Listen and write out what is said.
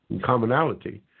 commonality